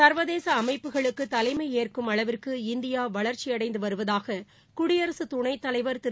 சர்வதேசஅமைப்புகளுக்குதலைமையேற்கும் அளவிற்கு இந்தியாவளர்ச்சியடைந்துவருவதாக குடியரசுதுணைத் தலைவர் திரு